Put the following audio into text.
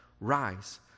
Rise